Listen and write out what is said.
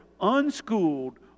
unschooled